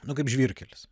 nu kaip žvyrkelis